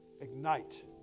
ignite